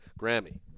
Grammy